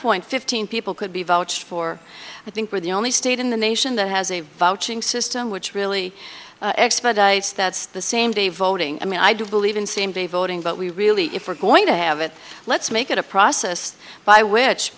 point fifteen people could be vouched for i think we're the only state in the nation that has a vouching system which really expedites that's the same day voting i mean i do believe in same be voting but we really if we're going to have it let's make it a process by which